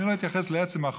אני לא אתייחס לעצם החוק,